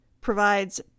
provides